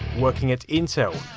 working at intel,